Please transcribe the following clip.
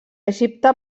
egipte